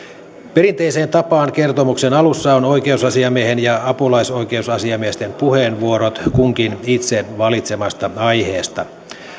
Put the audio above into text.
perinteiseen tapaan kertomuksen alussa on oikeusasiamiehen ja apulaisoikeusasiamiesten puheenvuorot kunkin itse valitsemasta aiheesta